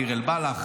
בדיר אל-באלח,